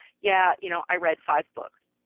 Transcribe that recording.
yeah, you know i read five books.